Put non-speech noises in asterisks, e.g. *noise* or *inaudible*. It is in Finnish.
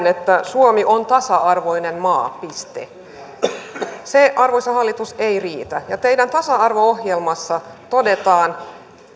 *unintelligible* että suomi on tasa arvoinen maa piste se arvoisa hallitus ei riitä ja teidän tasa arvo ohjelmassanne todetaan